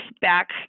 back